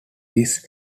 this